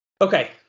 Okay